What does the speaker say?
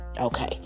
Okay